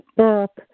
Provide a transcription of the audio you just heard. book